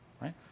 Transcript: right